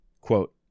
quote